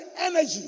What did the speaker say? energy